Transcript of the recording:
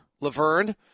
Laverne